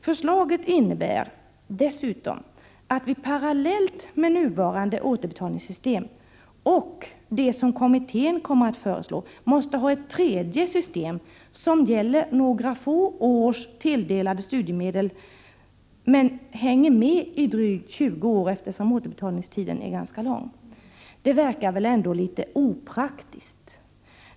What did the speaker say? Förslaget innebär dessutom att vi parallellt med nuvarande återbetalningssystem och det som kommittén kommer att föreslå måste ha ett tredje som gäller några få års tilldelade studiemedel men som hänger med i drygt 20 år eftersom återbetalningstiden är ganska lång. Det verkar väl ändå litet opraktiskt?